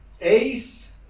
Ace